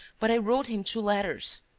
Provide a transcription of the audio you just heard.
but i wrote him two letters.